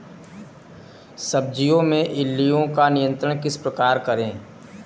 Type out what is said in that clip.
सब्जियों में इल्लियो का नियंत्रण किस प्रकार करें?